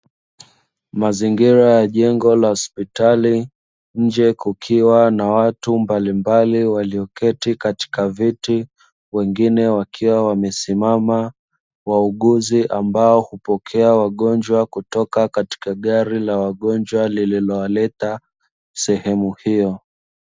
Mazingira ya jengo la hospitali, nje kukikwa na watu mbalimbali walioketi katika viti; wengine wakiwa wamesimama, wauguzi ambao hupokea wagonjwa kutoka katika gari la wagonjwa lililowaleta sehemu hiyo.